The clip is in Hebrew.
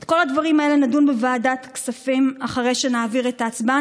על כל הדברים האלה נדון בוועדת כספים אחרי שנעביר את ההצעה.